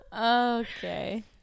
Okay